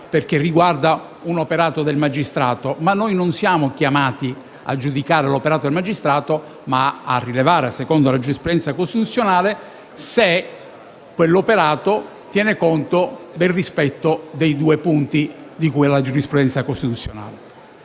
perché riguarda l'operato di un magistrato e noi non siamo chiamati a giudicare l'operato del magistrato, ma a rilevare, secondo la giurisprudenza costituzionale, se quell'operato tiene conto del rispetto di quei due punti di cui alla giurisprudenza costituzionale.